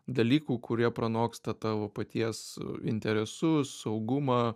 dalykų kurie pranoksta tavo paties interesus saugumą